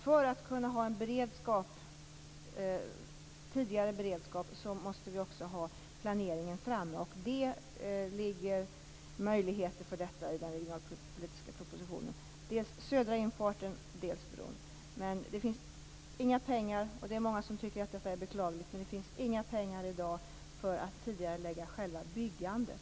För att kunna ha en tidigare beredskap måste vi ha fått fram en planering. Möjligheter för det ligger i den regionalpolitiska propositionen vad gäller dels den södra infarten, dels bron. Men det finns inga pengar i dag. Det tycker många är beklagligt, men det finns som sagt inga pengar i dag för att tidigarelägga själva byggandet.